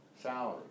salary